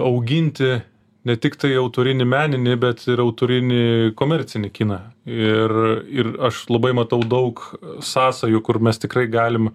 auginti ne tiktai autorinį meninį bet ir autorinį komercinį kiną ir ir aš labai matau daug sąsajų kur mes tikrai galim